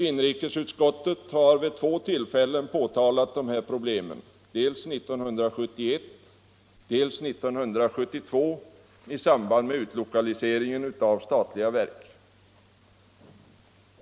Inrikesutskottet har vid två tillfällen uppmärksammat dessa problem, nämligen dels 1971, dels 1973 i samband med utlokaliseringen av statliga verk.